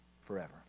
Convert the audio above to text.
forever